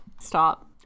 Stop